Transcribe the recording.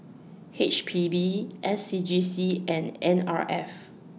H P B S C G C and N R F